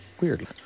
weird